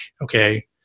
okay